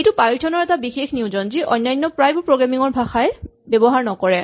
এইটো পাইথন ৰ এটা বিশেষ নিয়োজন যি অন্যান্য প্ৰায়বোৰ প্ৰগ্ৰেমিং ৰ ভাষাই ব্যৱহাৰ নকৰে